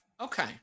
Okay